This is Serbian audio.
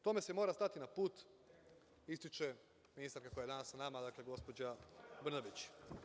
Tome se mora stati na put, ističe ministarka koja je danas sa nama, dakle, gospođa Brnabić.